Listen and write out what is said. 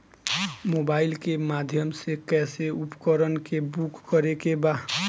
Mobile के माध्यम से कैसे उपकरण के बुक करेके बा?